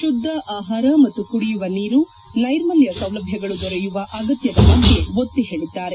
ಶುದ್ದ ಆಹಾರ ಮತ್ತು ಕುಡಿಯುವ ನೀರು ನೈರ್ಮಲ್ವ ಸೌಲಭ್ವಗಳು ದೊರೆಯುವ ಅಗತ್ಯದ ಬಗ್ಗೆ ಒತ್ತಿ ಹೇಳಿದ್ದಾರೆ